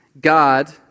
God